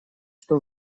что